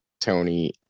Tony